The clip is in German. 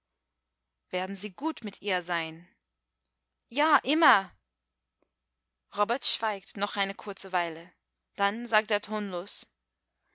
werden sie gut mit ihr sein ja immer robert schweigt noch eine kurze weile dann sagt er tonlos